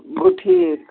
گوٚو ٹھیٖک